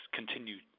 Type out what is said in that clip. continue